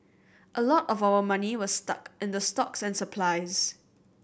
a lot of our money was stuck in the stocks and supplies